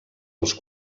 als